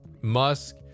Musk